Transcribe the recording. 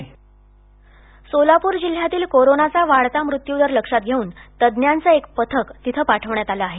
म्हैसेकर सोलापूर जिल्ह्यातील कोरोनाचा वाढता मृत्यूदर लक्षात घेऊन तज्ज्ञांचं एक पथक तिथं पाठवण्यात आलं आहे